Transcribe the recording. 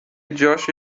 جاشو